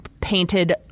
Painted